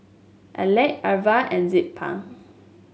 Alek Irva and Zilpah